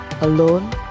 Alone